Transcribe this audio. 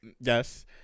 yes